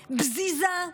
בזיזה,